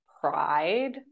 pride